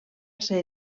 ser